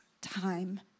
time